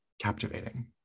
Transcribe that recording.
captivating